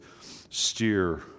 steer